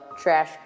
trash